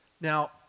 Now